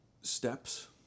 steps